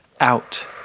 out